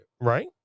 Right